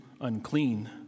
unclean